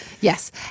Yes